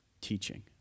teaching